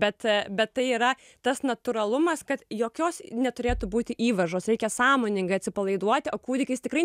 bet bet tai yra tas natūralumas kad jokios neturėtų būti įvažos reikia sąmoningai atsipalaiduoti o kūdikis tikrai